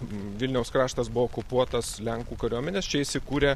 vilniaus kraštas buvo okupuotas lenkų kariuomenės čia įsikūrė